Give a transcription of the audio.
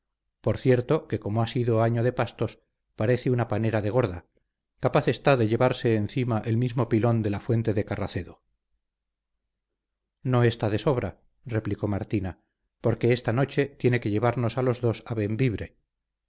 por cierto que como ha sido año de pastos parece una panera de gorda capaz está de llevarse encima el mismo pilón de la fuente de carracedo no está de sobra replicó martina porque esta noche tiene que llevarnos a los dos a